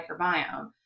microbiome